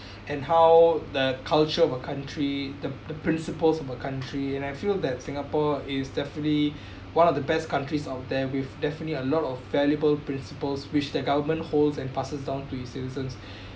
and how the culture of a country the the principles of a country and I feel that singapore is definitely one of the best countries out there with definitely a lot of valuable principles which the government holds and passes down to its citizens